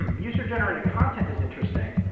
um user-generated content is interesting,